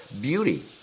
beauty